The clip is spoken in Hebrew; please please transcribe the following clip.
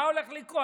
מה הולך לקרות?